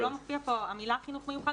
לא מופיעה פה המילה חינוך מיוחד,